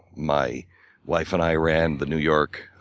my wife and i ran the new york